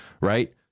right